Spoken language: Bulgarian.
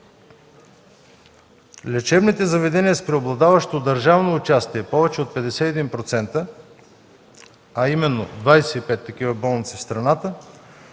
Лечебните заведения с преобладаващо държавно участие повече от 51%, а именно 25 такива болници в страната,